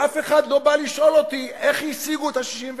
ואף אחד לא בא לשאול אותי איך השיגו את ה-61,